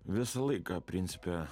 visą laiką principe